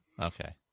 Okay